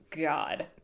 God